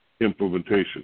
implementation